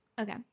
Okay